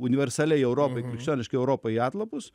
universaliai europai krikščioniškai europa į atlapus